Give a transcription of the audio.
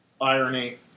irony